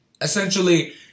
Essentially